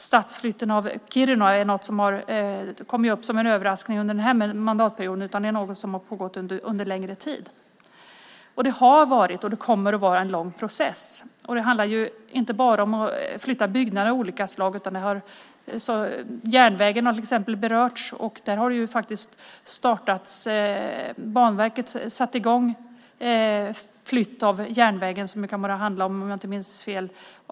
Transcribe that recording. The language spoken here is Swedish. Stadsflytten av Kiruna kom inte som en överraskning under den här mandatperioden, utan det är något som har pågått under längre tid. Det har varit och kommer att vara en lång process. Det handlar inte bara om att flytta byggnader av olika slag, utan järnvägen har till exempel berörts. Banverket satte i gång flytt av järnvägen som kan handla om 18 kilometer, om jag inte minns fel.